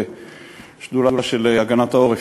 בשדולה של הגנת העורף,